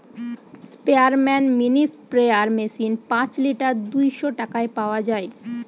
স্পেয়ারম্যান mini sprayer machine পাঁচ litre দুইশ টাকায় পাওয়া যায়